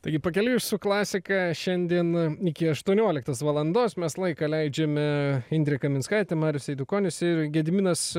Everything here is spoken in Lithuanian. taigi pakeliui su klasika šiandien iki aštuonioliktos valandos mes laiką leidžiame indrė kaminskaitė marius eidukonis ir gediminas